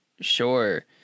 sure